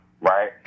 right